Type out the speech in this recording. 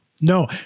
No